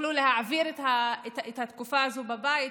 יוכלו להעביר את התקופה הזו בבית,